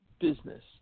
business